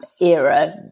era